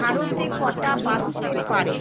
ভারতে কটা বাজতে পারে